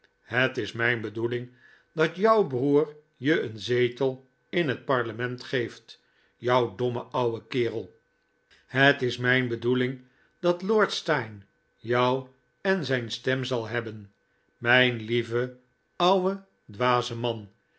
het is mijn bedoeling dat jouw broer je een zetel in het parlement geeft jou domme ouwe kerel het is mijn bedoeling dat lord steyne jou en zijn stem zal hebben mijn lieve ouwe dwaze man